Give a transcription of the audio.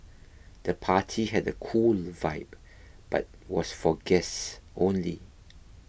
the party had a cool vibe but was for guests only